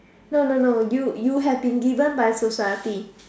no no no you you have been given by society